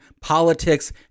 politics